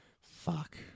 Fuck